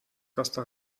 costa